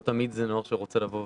לא תמיד זה נוער שרוצה לבוא